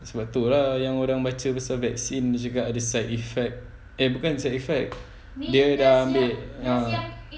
sebab tu lah yang orang baca pasal vaksin ni juga ada side effect eh bukan side effect dia dah ambil ah